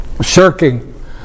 shirking